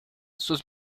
sus